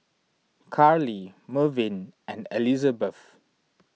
Carly Mervyn and Elizebeth